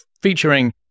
featuring